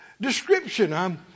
description